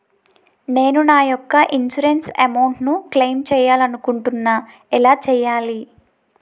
నేను నా యెక్క ఇన్సురెన్స్ అమౌంట్ ను క్లైమ్ చేయాలనుకుంటున్నా ఎలా చేయాలి?